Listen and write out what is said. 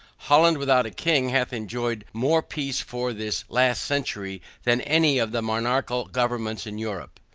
holland without a king hath enjoyed more peace for this last century than any of the monarchical governments in europe.